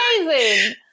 amazing